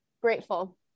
Grateful